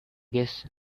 guess